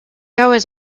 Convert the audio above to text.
always